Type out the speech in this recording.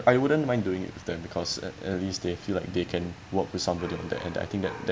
I wouldn't mind doing it with them because at at least they feel like they can work with somebody on that and I think that